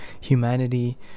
humanity